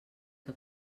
que